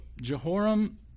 Jehoram